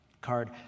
card